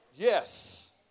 Yes